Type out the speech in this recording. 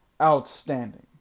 outstanding